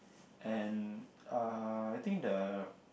and uh I think the